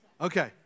Okay